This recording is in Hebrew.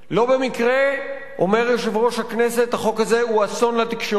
לא במקרה אומר יושב-ראש הכנסת: החוק הזה הוא אסון לתקשורת.